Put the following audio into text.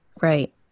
Right